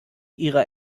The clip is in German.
ihre